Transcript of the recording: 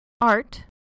art